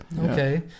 Okay